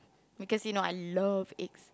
because you know I love eggs